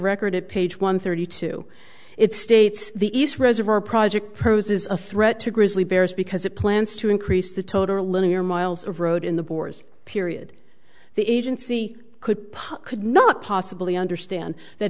record at page one thirty two it states the east reservoir project prose is a threat to grizzly bears because it plans to increase the total linear miles of road in the borders period the agency could putt could not possibly understand that